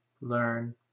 learn